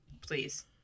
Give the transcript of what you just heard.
please